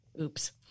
Oops